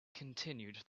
continued